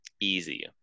Easy